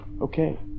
okay